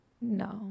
no